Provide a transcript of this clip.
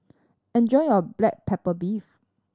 enjoy your black pepper beef